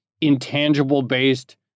intangible-based